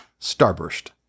Starburst